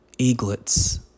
eaglets